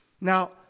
Now